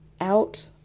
out